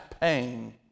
pain